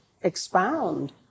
expound